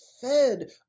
fed